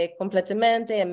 completamente